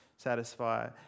satisfy